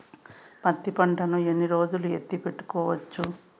పత్తి పంటను ఎన్ని రోజులు ఎత్తి పెట్టుకోవచ్చు?